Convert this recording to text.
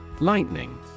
Lightning